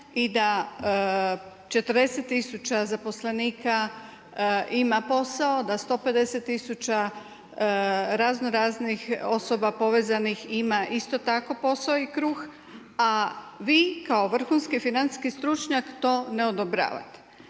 i da 40 tisuća zaposlenika ima posao, da 150 tisuća raznoraznih osoba povezanih ima isto tako posao i kruh, a vi kao vrhunski financijski stručnjak, to ne odobravate.